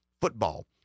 football